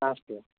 नास्ति